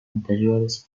anteriores